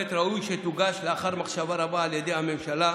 ראוי שתוגש לאחר מחשבה רבה על ידי הממשלה,